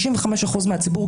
65% מהציבור,